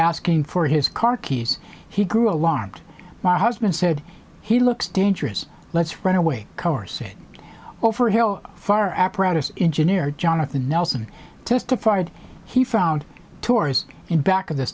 asking for his car keys he grew alarmed my husband said he looks dangerous let's run away car seat all for hell fire apparatus engineer jonathan nelson testified he found tours in back of the